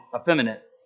effeminate